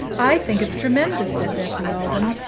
i think it's tremendous, said bessie alden